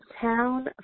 town